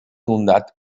inundat